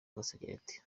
gasegereti